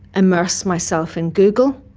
immerse myself in google